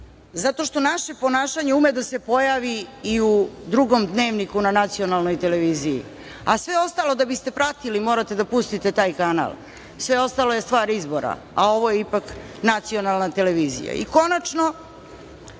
zato što naše ponašanje ume da se pojavi i u drugom dnevniku na nacionalnoj televiziji, a sve ostalo da biste pratili, morate da pustite taj kanal. Sve ostalo je stvar izbora, a ovo je ipak nacionalna televizija. Konačno,